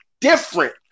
different